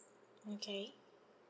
okay